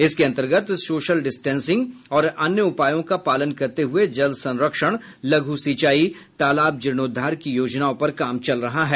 इसके अंतर्गत social distancing और अन्य उपायों का पालन करते हुए जल संरक्षण लघु सिंचाई तालाब जीर्णोद्वार की योजनाओं पर काम चल रहा है